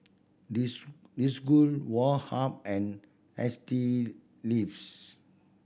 Desigual Woh Hup and S T Ives